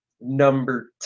number